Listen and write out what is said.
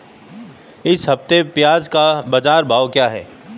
इस हफ्ते प्याज़ का बाज़ार भाव क्या है?